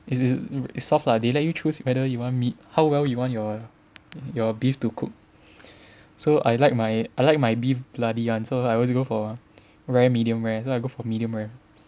is is soft lah they let you choose whether you want meat how well you want your beef to cook so I like my I like my beef bloody [one] so I always go for rare medium rare so I go for medium rare